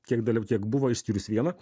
kiek dalyv tiek buvo išskyrus vieną